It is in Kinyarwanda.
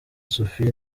sophia